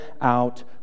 out